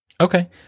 Okay